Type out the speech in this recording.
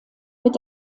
mit